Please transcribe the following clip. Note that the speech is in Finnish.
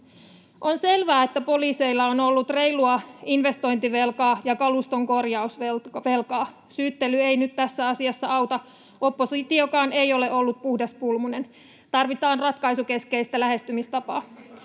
On selvää, että poliiseilla on ollut reilua investointivelkaa ja kaluston korjausvelkaa. Syyttely ei nyt tässä asiassa auta, oppositiokaan ei ole ollut puhdas pulmunen. Tarvitaan ratkaisukeskeistä lähestymistapaa.